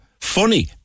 Funny